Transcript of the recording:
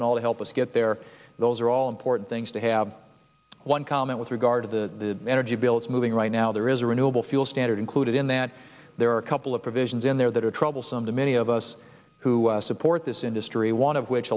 ethanol to help us get there those are all important things to have one comment with regard to the energy bill it's moving right now there is a renewable fuel standard included in that there are a couple of provisions in there that are troublesome to many of us who support this industry one of which